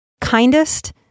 kindest